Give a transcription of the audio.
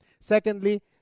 Secondly